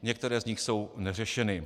Některé z nich jsou neřešeny.